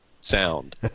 sound